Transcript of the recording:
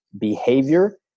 behavior